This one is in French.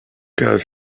cas